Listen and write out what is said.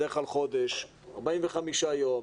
בדרך כלל חודש, 45 ימים.